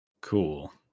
Cool